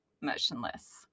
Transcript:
motionless